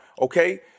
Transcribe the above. okay